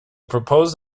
proposed